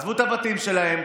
עזבו את הבתים שלהם.